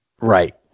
right